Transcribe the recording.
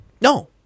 No